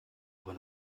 aber